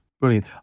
Brilliant